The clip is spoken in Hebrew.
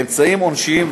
אמצעים עונשיים,